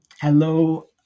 Hello